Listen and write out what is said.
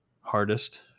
hardest